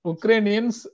Ukrainians